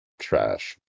trash